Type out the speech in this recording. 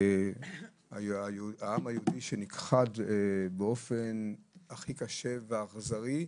העם היהודי שנכחד באופן הכי קשה ואכזרי,